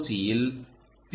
சியில் பி